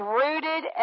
rooted